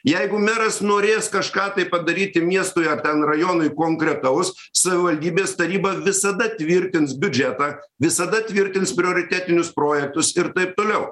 jeigu meras norės kažką tai padaryti miestui ar ten rajonui konkretaus savivaldybės taryba visada tvirtins biudžetą visada tvirtins prioritetinius projektus ir taip toliau